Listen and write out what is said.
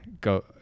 go